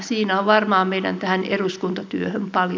siinä on varmaan mitenkään eduskuntatyöhön tai